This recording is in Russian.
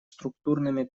структурными